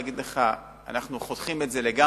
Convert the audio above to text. להגיד לך שאנחנו חותכים את זה לגמרי.